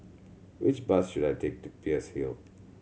which bus should I take to Peirce Hill